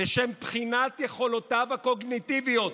לשם בחינת יכולותיו הקוגניטיביות.